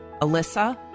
Alyssa